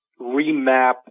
remap